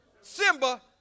Simba